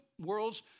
world's